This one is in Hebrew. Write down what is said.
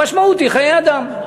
המשמעות היא חיי אדם.